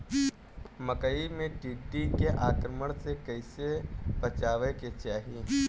मकई मे टिड्डी के आक्रमण से कइसे बचावे के चाही?